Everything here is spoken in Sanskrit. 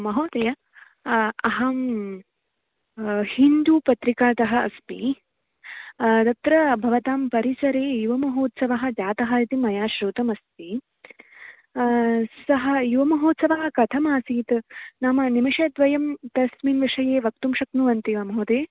महोदयः अहं हिन्दू पत्रिकातः अस्मि तत्र भवतां परिसरे युवमहोत्सवः जातः इति मया शृतमस्ति सः युवमहोत्सवः कथम् आसीत् नाम निमेषद्वयं तस्मिन् विषये वक्तुं शक्नुवन्ति वा महोदयः